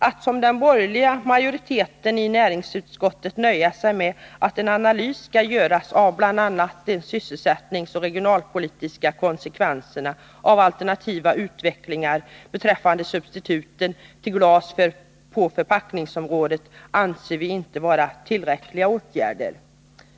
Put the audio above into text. Att som den borgerliga majoriteten i näringsutskottet nöja sig med att en analys skall göras av bl.a. de sysselsättningsoch regionalpolitiska konsekvenserna av alternativa utvecklingar beträffande substituten till glas på förpackningsområdet anser vi inte vara tillräckligt.